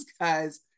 guys